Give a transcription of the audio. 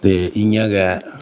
ते इ'यां गै